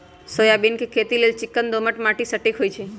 soybean के खेती लेल चिक्कन दोमट माटि सटिक होइ छइ